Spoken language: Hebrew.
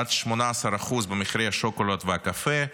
עד 18% במחירי השוקולד והקפה,